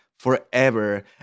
forever